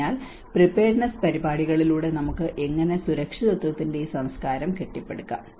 അതിനാൽ പ്രീപയേർഡ്നെസ്സ് പരിപാടികളിലൂടെ നമുക്ക് എങ്ങനെ സുരക്ഷിതത്വത്തിന്റെ ഈ സംസ്കാരം കെട്ടിപ്പടുക്കാം